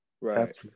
Right